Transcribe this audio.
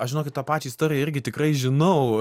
aš žinokit tą pačią istoriją irgi tikrai žinau